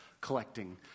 collecting